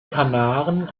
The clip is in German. kanaren